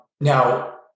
Now